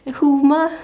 who mah